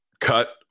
cut